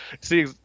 See